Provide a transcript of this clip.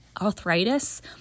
arthritis